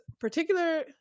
particular